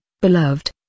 beloved